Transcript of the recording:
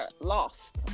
lost